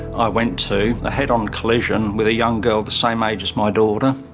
i went to a head-on collision with a young girl the same age as my daughter.